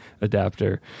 adapter